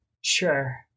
Sure